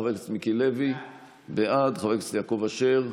חבר הכנסת מיקי לוי, בעד, חבר הכנסת יעקב אשר,